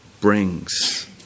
brings